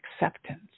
acceptance